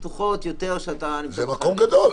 זה מקום גדול.